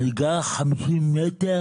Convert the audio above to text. אני גר 50 מטר